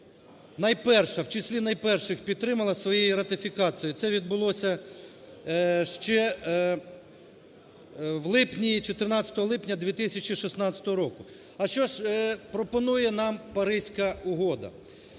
в числі найперших підтримала своєю ратифікацією. Це відбулося ще в липні, 14 липня 2016 року. А що ж пропонує нам Паризька угода?